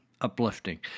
uplifting